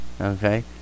Okay